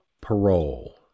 parole